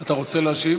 אתה רוצה להשיב?